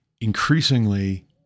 increasingly